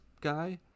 guy